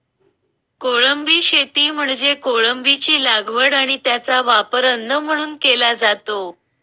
कोळंबी शेती म्हणजे कोळंबीची लागवड आणि त्याचा वापर अन्न म्हणून केला जातो